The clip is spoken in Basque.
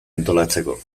antolatzeko